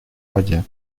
воде